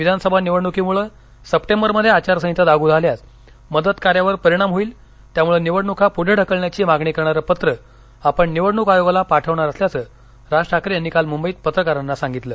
विधानसभा निवडणुकीमुळे सप्टेंबरमध्ये आघारसंहिता लागू झाल्यास मदतकार्यावर परिणाम होईल त्यामुळे निवडणुका पुढे ढकलण्याची मागणी करणारे पत्र आपण निवडणूक आयोगाला पाठवणार असल्याचं राज ठाकरे यांनी काल मुंबईत पत्रकारांना सांगितलं